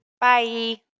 Bye